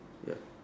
ya